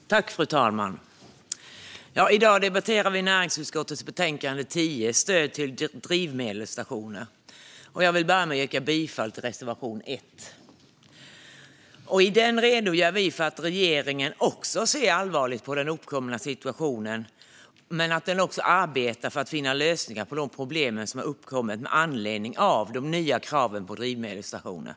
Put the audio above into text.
Stöd till drivmedels-stationer på lands-bygderna Fru talman! I dag debatterar vi näringsutskottets betänkande 10 om stöd till drivmedelsstationer. Jag yrkar bifall till reservation 1. I den redogör vi för att även regeringen ser allvarligt på den uppkomna situationen men att den också arbetar för att finna lösningar på de problem som uppkommit med anledning av de nya kraven på drivmedelsstationer.